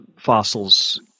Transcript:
fossils